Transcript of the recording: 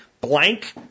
blank